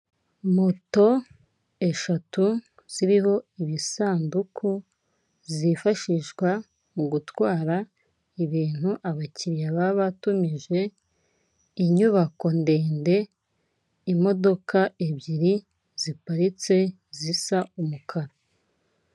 Moto eshatu ziriho ibisanduku, zifashishwa mu gutwara ibintu abakiriya babatumije, inyubako ndende, imodoka ebyiri ziparitse zisa umukara.